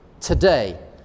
today